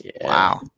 Wow